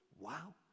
Wow